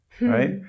right